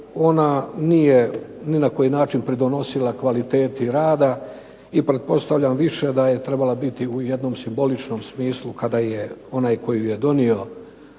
ona nije ni na koji način pridonosila kvaliteti rada i pretpostavljam više da je trebala biti u jednom simboličnom smislu kada je onaj koji ju je donio